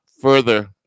further